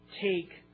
take